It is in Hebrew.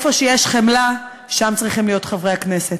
במקום שיש בו חמלה, שם צריכים להיות חברי הכנסת.